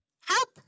Help